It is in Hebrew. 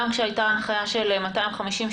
גם כשהייתה הנחיה של 250,